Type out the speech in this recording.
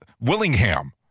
Willingham